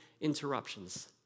interruptions